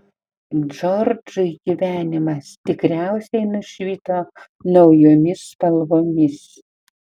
džordžui gyvenimas tikriausiai nušvito naujomis spalvomis